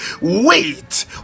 Wait